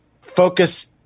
focus